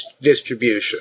distribution